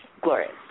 glorious